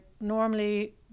normally